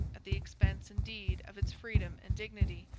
at the expense indeed of its freedom and dignity,